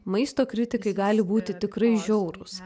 maisto kritikai gali būti tikrai žiaurūs